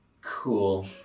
Cool